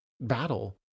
battle